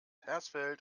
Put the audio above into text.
hersfeld